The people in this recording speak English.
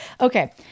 Okay